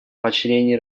поощрении